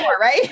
right